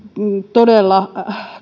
todella